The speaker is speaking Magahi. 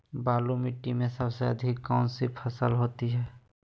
बालू मिट्टी में सबसे अधिक कौन सी फसल होगी?